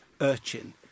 urchin